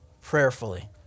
Prayerfully